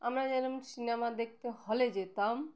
আমরা যেরকম সিনেমা দেখতে হলে যেতাম